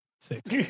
Six